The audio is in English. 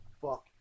fuck